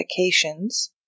medications